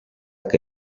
que